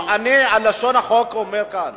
לשון החוק אומרת כאן: